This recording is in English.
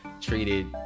treated